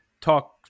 talk